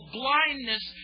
blindness